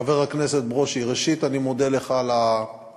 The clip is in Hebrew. חבר הכנסת ברושי, ראשית, אני מודה לך על השאלה.